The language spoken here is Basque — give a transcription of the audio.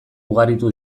ugaritu